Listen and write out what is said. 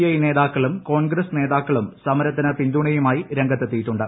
I നേതാക്കളും കോൺഗ്രസ് നേതാക്കളും സമരത്തിന് പിന്തുണയുമായി രംഗത്തെത്തിയിട്ടുണ്ട്